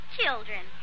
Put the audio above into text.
children